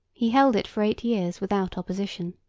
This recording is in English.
he held it for eight years without opposition.